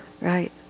Right